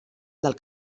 del